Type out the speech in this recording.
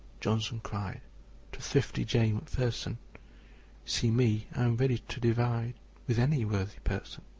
johnson cried to thrifty j. macpherson see me i'm ready to divide with any worthy person.